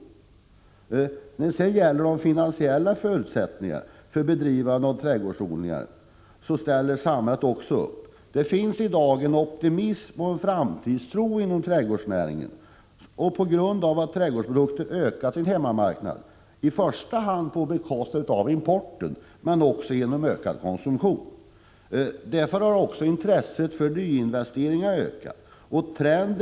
Samhället ställer också upp i fråga om de finansiella förutsättningarna för bedrivande av trädgårdsodlingar. Det finns i dag en optimism och en framtidstro inom trädgårdsnäringen på grund av att de svenska trädgårdsodlarna ökat sin hemmamarknad, i första hand på bekostnad av importen men också genom ökad konsumtion. Därför har också intresset för nyinvesteringar ökat.